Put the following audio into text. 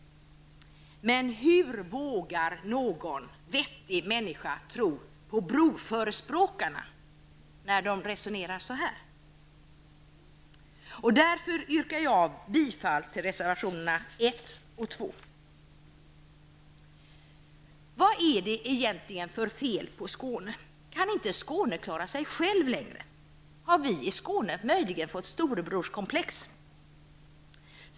Men hur vågar någon vettig människa tro på broförespråkarna, när de resonerar som de gör? Det är därför som jag yrkar bifall till reservationerna 1 och 2. Vad är det egentligen för fel på Skåne? Kan man inte längre klara sig själv i Skåne? Har vi i Skåne möjligen fått storebrorskomplex?